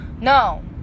No